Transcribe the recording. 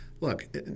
look